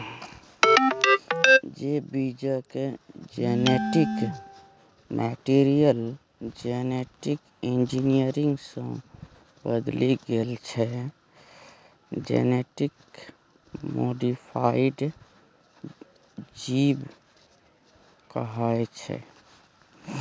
जे जीबक genetic material genetic engineering सँ बदलि गेल छै जेनेटिक मोडीफाइड जीब कहाइ छै